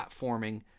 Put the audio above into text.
platforming